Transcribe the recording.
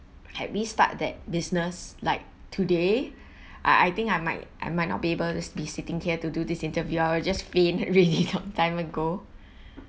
had we start that business like today I I think I might I might not be able to be sitting here to do this interview I'll just faint really long time ago